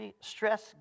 stress